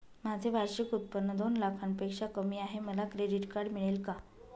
माझे वार्षिक उत्त्पन्न दोन लाखांपेक्षा कमी आहे, मला क्रेडिट कार्ड मिळेल का?